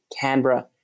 Canberra